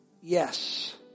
Yes